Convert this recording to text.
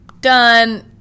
done